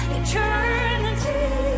eternity